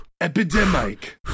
Epidemic